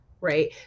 right